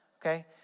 okay